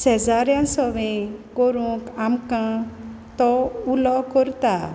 शेजाऱ्या सवें करूंक आमकां तो उलो करता